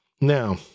Now